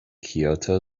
kyoto